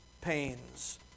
pains